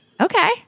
Okay